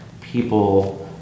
people